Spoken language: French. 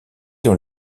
dans